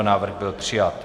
Návrh byl přijat.